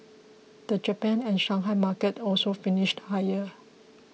the Japan and Shanghai markets also finished higher